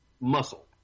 Muscle